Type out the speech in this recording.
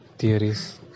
Theories